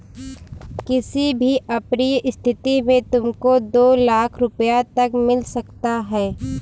किसी भी अप्रिय स्थिति में तुमको दो लाख़ रूपया तक मिल सकता है